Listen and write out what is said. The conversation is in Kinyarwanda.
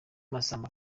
massamba